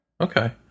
Okay